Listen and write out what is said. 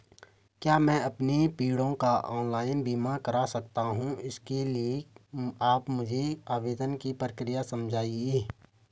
क्या मैं अपने पेड़ों का ऑनलाइन बीमा करा सकता हूँ इसके लिए आप मुझे आवेदन की प्रक्रिया समझाइए?